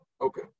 Okay